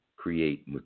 create